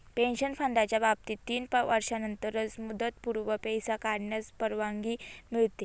pension फंडाच्या बाबतीत तीन वर्षांनंतरच मुदतपूर्व पैसे काढण्यास परवानगी मिळते